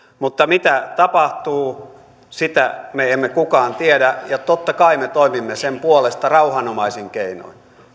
niin mitä tapahtuu sitä me emme emme kukaan tiedä ja totta kai me toimimme sen puolesta rauhanomaisin keinoin